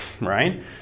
right